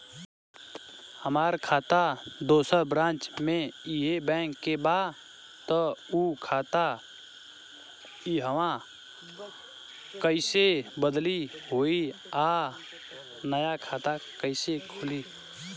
हमार खाता दोसर ब्रांच में इहे बैंक के बा त उ खाता इहवा कइसे बदली होई आ नया खाता कइसे खुली?